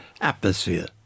atmosphere